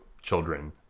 children